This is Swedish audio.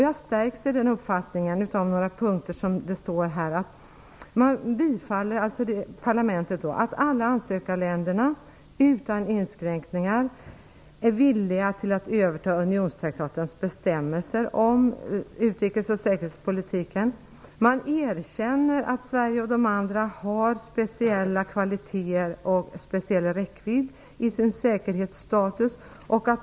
Jag stärks i den uppfattningen av det som står i protokollet om att parlamentet bifaller -- om alla ansökarländerna utan inskränkningar är villiga till att överta unionstraktatens bestämmelser om utrikes och säkerhetspolitiken. Man erkänner att Sverige och de andra har speciella kvaliteter och speciell räckvidd i sin säkerhetsstatus.